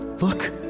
Look